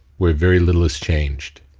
where very little has changed.